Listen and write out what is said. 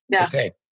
Okay